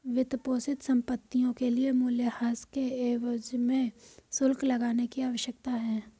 वित्तपोषित संपत्तियों के लिए मूल्यह्रास के एवज में शुल्क लगाने की आवश्यकता है